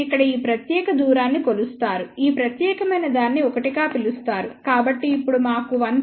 మీరు ఇక్కడ ఈ ప్రత్యేక దూరాన్ని కొలుస్తారు ఈ ప్రత్యేకమైన దాన్ని ఒకటిగా పిలుస్తారుకాబట్టి ఇప్పుడు మాకు 1